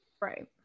Right